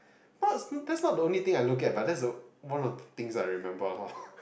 plus that's not the only thing I look at but then that's the one of the things I remember loh